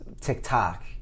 TikTok